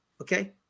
okay